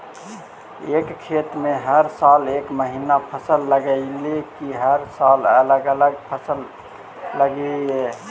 एक खेत में हर साल एक महिना फसल लगगियै कि हर साल अलग अलग फसल लगियै?